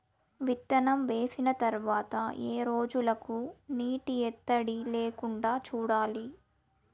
విత్తనం వేసిన తర్వాత ఏ రోజులకు నీటి ఎద్దడి లేకుండా చూడాలి?